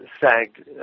sagged